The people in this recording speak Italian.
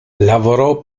lavorò